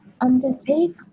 undertake